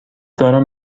دارم